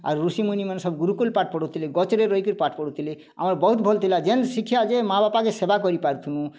ଆର୍ ଋଷି ମୁନି ମାନେ ସବୁ ଗୁରୁକୂଲ୍ ପାଠ୍ ପଢ଼ୁଥିଲେ ଗଛରେ ରହିକିରି ପାଠ୍ ପଢୁଥିଲେ ବହୁତ ଭଲ୍ ଥିଲା ଯେନ୍ ଶିକ୍ଷା ଯେ ମାଆ ବାପାକେ ସେବା କରି ପାରୁଥିମୁ